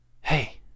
Hey